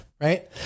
right